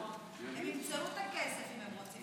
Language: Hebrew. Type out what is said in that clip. הם ימצאו את הכסף אם הם רוצים,